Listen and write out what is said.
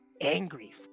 angry